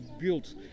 built